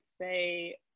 say